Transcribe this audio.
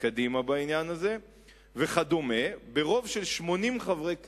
קדימה בעניין הזה, וכדומה, ברוב של 80 חברי כנסת.